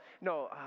no